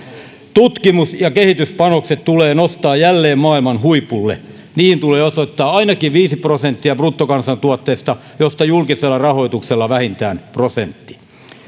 tutkimus ja kehityspanokset tulee nostaa jälleen maailman huipulle niihin tulee osoittaa ainakin viisi prosenttia bruttokansantuotteesta mistä julkisella rahoituksella vähintään prosentti